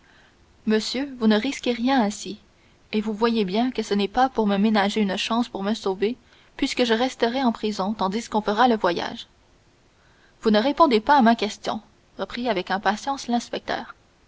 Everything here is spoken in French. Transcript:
monsieur vous ne risquez rien ainsi et vous voyez bien que ce n'est pas pour me ménager une chance pour me sauver puisque je resterai en prison tandis qu'on fera le voyage vous ne répondez pas à ma question reprit avec impatience l'inspecteur